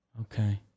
Okay